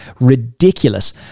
ridiculous